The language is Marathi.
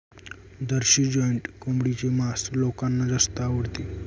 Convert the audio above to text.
जर्सी जॉइंट कोंबडीचे मांस लोकांना जास्त आवडते